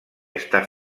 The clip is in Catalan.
està